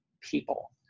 people